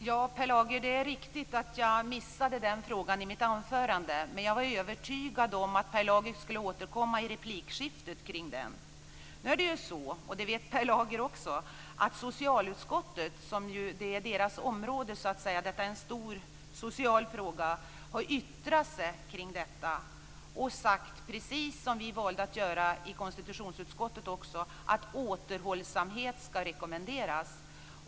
Fru talman! Det är riktigt att jag missade den frågan i mitt anförande, Per Lager. Jag var övertygad om att Per Lager skulle återkomma i replikskiftet till den frågan. Per Lager vet att socialutskottet - det är deras område, det är en stor social fråga - har yttrat sig i frågan. Socialutskottet har valt att säga precis samma som konstitutionsutskottet har sagt, nämligen att återhållsamhet ska rekommenderas.